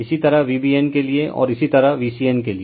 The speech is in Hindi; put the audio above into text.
इसी तरह VBN के लिए और इसी तरह VCN के लिए